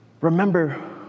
remember